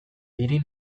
hiri